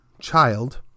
child